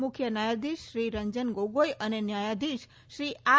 મુખ્ય ન્યાયાધીશ શ્રી રંજન ગોગોઇ અને ન્યાયાધીશ શ્રી આર